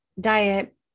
diet